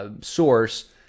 source